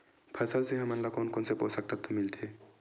फसल से हमन ला कोन कोन से पोषक तत्व मिलथे?